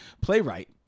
playwright